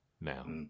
now